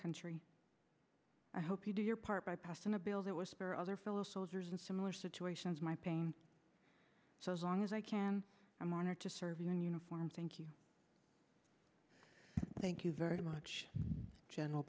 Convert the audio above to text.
country i hope you do your part by passing a bill that will spare other fellow soldiers in similar situations my pain so as long as i can i'm honored to serve you in uniform thank you thank you very much general